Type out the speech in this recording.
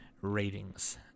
ratings